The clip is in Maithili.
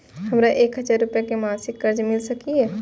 हमरा एक हजार रुपया के मासिक कर्ज मिल सकिय?